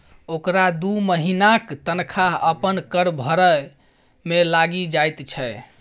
ओकरा दू महिनाक तनखा अपन कर भरय मे लागि जाइत छै